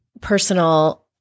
personal